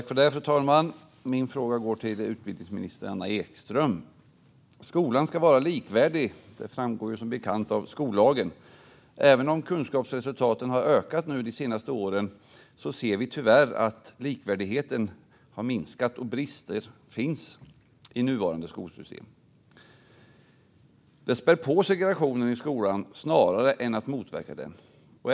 Fru talman! Min fråga går till utbildningsminister Anna Ekström. Skolan ska vara likvärdig. Det framgår som bekant av skollagen. Även om kunskapsresultaten har stigit de senaste åren ser vi tyvärr att likvärdigheten har minskat och att brister finns i nuvarande skolsystem. Detta spär på segregationen i skolan snarare än att motverka den.